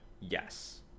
yes